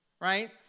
right